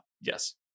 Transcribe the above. Yes